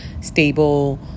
stable